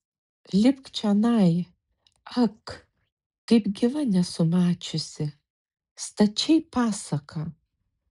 lipk čionai ak kaip gyva nesi mačiusi stačiai pasaka